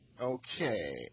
Okay